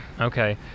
Okay